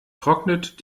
trocknet